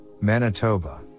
Manitoba